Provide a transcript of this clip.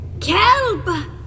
kelp